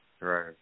Right